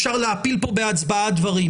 אפשר להפיל כאן בהצבעה דברים